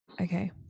Okay